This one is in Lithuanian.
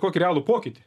kokį realų pokytį